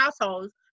households